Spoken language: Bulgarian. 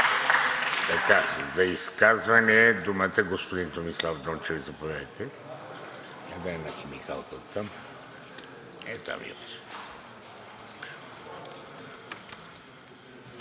За изказване думата има господин Томислав Дончев – заповядайте.